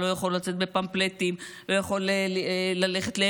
לא יכול לצאת בפמפלטים,